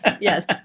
Yes